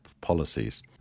policies